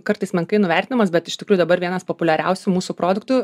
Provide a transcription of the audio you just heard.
kartais menkai nuvertinamas bet iš tikrųjų dabar vienas populiariausių mūsų produktų